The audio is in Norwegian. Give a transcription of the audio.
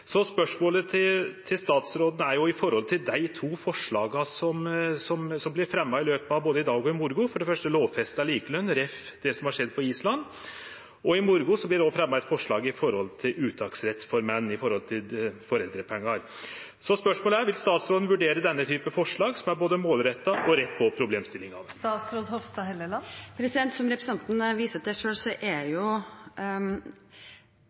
Så spørsmålet til statsråden tek utgangspunkt i dei to forslaga som vert fremja i løpet av i dag og i morgon – for det første lovfesta likeløn, jf. det som har skjedd på Island, og i morgon vert det fremja eit forslag som gjeld uttaksrett for menn av foreldrepengar. Spørsmålet er: Vil statsråden vurdere denne typen forslag, som er både målretta og rett på problemstillingane? Som representanten selv viser til, er